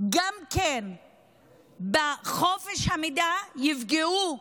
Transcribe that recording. גם בחופש המידע, יפגעו